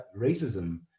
racism